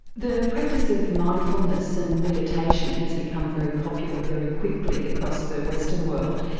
the practice of mindfulness and meditation has become very popular very quickly across the western world.